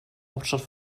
hauptstadt